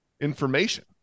information